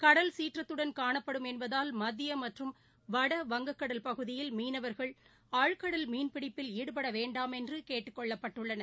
கடல் சீற்றத்துடன் காணப்படும் என்பதால் மத்தியமற்றும் வடவங்கடல் பகுதியில் மீனவா்கள் ஆள்கடல் மீன்பிடிப்பில் ஈடுபடவேண்டாம் என்றுகேட்டுக்கொள்ளப்பட்டுள்ளன